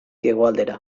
hegoaldera